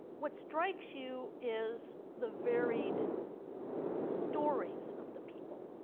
what strikes you is the varied stories of the people.